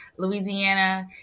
Louisiana